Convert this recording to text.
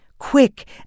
quick